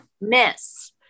miss